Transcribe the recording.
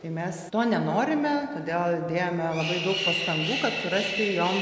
tai mes to nenorime todėl dėjome labai daug pastangų kad surasti jom